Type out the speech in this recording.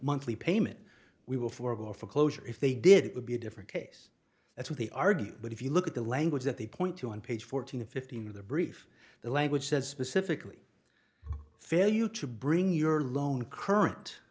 monthly payment we will forgo for closure if they did it would be a different case that's what they argue but if you look at the language that they point to on page fourteen fifteen of the brief the language says specifically failure to bring your loan current